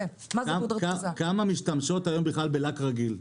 כמה משתמשות היום ב-לק רגיל?